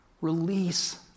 Release